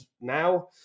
now